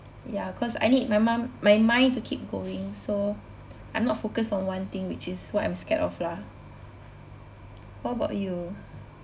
ya cause I need my mum my mind to keep going so I'm not focused on one thing which is what I'm scared of lah what about you